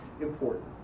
important